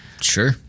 Sure